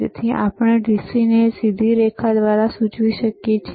તેથી જ આપણે DCને સીધી રેખા દ્વારા સૂચવીએ છીએ